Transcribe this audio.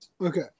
Okay